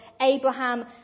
Abraham